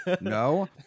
No